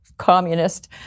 communist